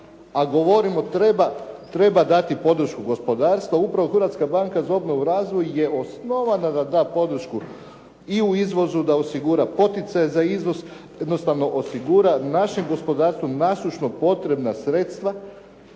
da treba, treba dati podršku gospodarstva, upravo Hrvatska banka za obnovu i razvoj je osnovana da da podršku i u izvozu da osigura poticaje za izvoz, jednostavno osigura našem gospodarstvu …/Govornik se